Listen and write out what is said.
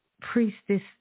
Priestess